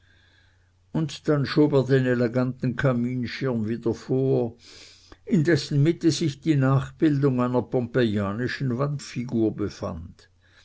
und dann schob er den eleganten kaminschirm wieder vor in dessen mitte sich die nachbildung einer pompejanischen wandfigur befand